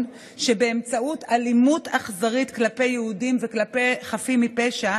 שבאמצעות אלימות אכזרית כלפי יהודים וכלפי חפים מפשע